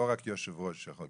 לא רק יושב ראש יכול,